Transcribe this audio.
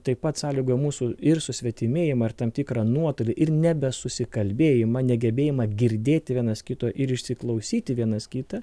taip pat sąlygoja mūsų ir susvetimėjimą ir tam tikrą nuotolį ir nebesusikalbėjimą negebėjimą girdėti vienas kito ir įsiklausyt į vienas kitą